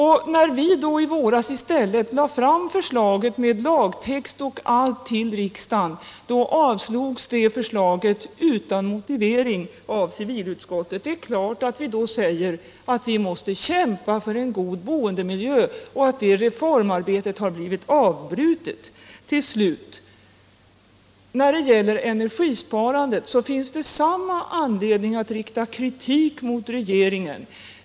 När vi i våras i stället lade fram förslaget för riksdagen med färdig lagtext avstyrktes det utan motivering av civilutskottet. Det är klart att vi då säger att vi måste kämpa för en god boendemiljö och att reformarbetet på det området har blivit avbrutet. När det till slut gäller energisparandet finns det samma anledning att rikta kritik mot regeringen.